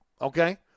Okay